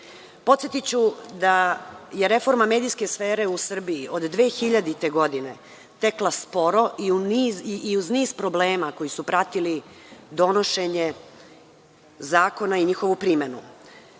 Podsetiću da je reforma medijske sfere u Srbiji od 2000. godine tekla sporo i uz niz problema koji su pratili donošenje zakona i njihovu primenu.